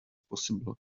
possible